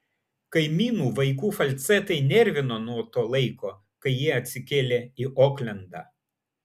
kaimynų vaikų falcetai nervino nuo to laiko kai jie atsikėlė į oklendą